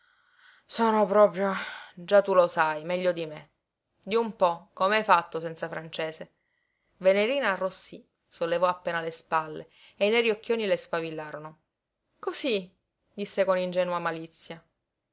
sono proprio già tu lo sai meglio di me di un po come hai fatto senza francese venerina arrossí sollevò appena le spalle e i neri occhioni le sfavillarono cosí disse con ingenua malizia